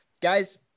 guys